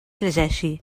llegeixi